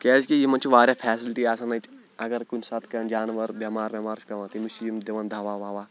کیازِ کہ یِمَن چھِ واریاہ فیسَلٹی آسان اَتہِ اگرکُنہِ ساتہٕ کانٛہہ جانوَر بٮ۪مار وٮ۪مار چھِ پٮ۪وان تیٚمِس چھِ یِم دِوان دَوا وَوا